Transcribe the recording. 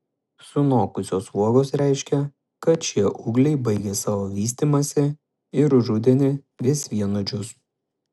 sunokusios uogos reiškia kad šie ūgliai baigė savo vystymąsi ir rudenį vis vien nudžius